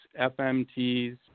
FMTs